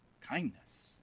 kindness